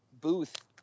booth